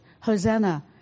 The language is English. Hosanna